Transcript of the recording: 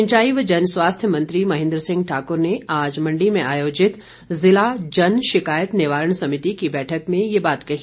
सिंचाई व जनस्वास्थ्य मंत्री महेंद्र सिंह ठाक्र ने आज मंडी में आयोजित ज़िला जन शिकायत निवारण समिति की बैठक में ये बात कही